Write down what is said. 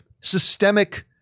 systemic